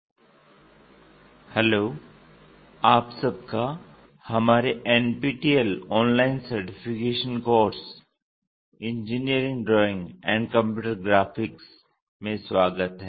orthographic projections II भाग 8 projection of planes hello आप सबका हमारे NPTEL online certification course engineering drawing and computer graphics में स्वागत है